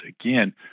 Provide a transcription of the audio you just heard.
again